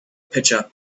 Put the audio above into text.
pitcher